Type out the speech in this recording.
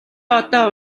одоо